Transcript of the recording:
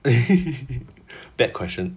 bad question